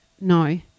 No